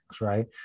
right